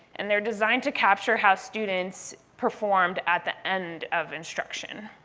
and they're designed to capture how students performed at the end of instruction.